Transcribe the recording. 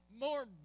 more